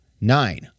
Nine